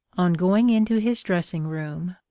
on going into his dressing-room,